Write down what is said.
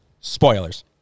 spoilers